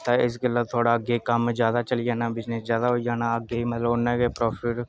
ते इस गल्लै थुआढ़े अग्गै कम्म ज्यादा चली जाना बिजनेस ज्यादा होई जाना अग्गै मतलब उन्ना गै प्रॉफिट